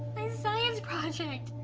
my science project.